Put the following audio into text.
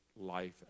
life